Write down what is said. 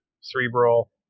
cerebral